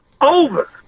over